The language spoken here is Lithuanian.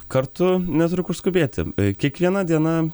kartu neturiu kur skubėti kiekviena diena